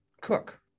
cook